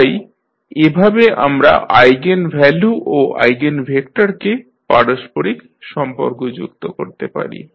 তাই এভাবে আমরা আইগেনভ্যালু ও আইগেনভেক্টরকে পারস্পরিক সম্পর্কযুক্ত করতে পারি